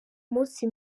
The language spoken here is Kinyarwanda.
munsi